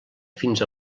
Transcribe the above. fins